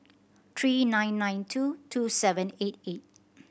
three nine nine two two seven eight eight